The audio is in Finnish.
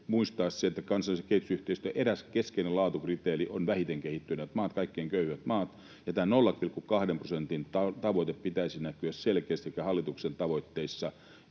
muistaa se, että kansallisen kehitysyhteistyön eräs keskeinen laatukriteeri on vähiten kehittyneet maat, kaikkein köyhimmät maat, ja tämä 0,2 prosentin tavoitteen pitäisi näkyä selkeästi sekä hallituksen tavoitteissa,